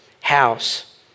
house